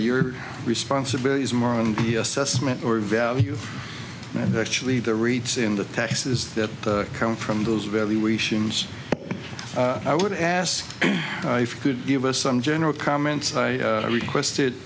your responsibility is more on the assessment or value and actually the reads in the taxes that come from those valuations i would ask if you could give us some general comments i requested